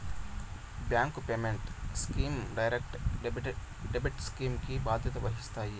bank payment schemes direct debit scheme కి బాధ్యత వహిస్తాయి